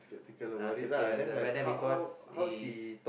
whether because is